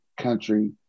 country